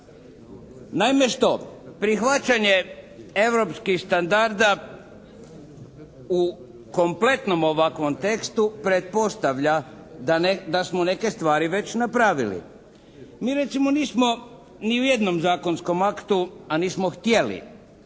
Naime što, prihvaćanje europskih standarda u kompletnom ovakvom tekstu pretpostavlja da smo neke stvari već napravili. Mi recimo nismo ni u jednom zakonskom aktu, a nismo htjeli,